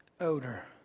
odor